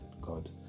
God